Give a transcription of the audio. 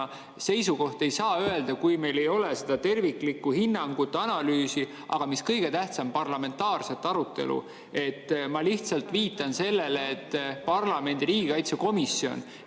seisukoht, ei saa, kui meil ei ole terviklikku hinnangute analüüsi, aga mis kõige tähtsam: parlamentaarset arutelu. Ma lihtsalt viitan sellele, et parlamendi riigikaitsekomisjon,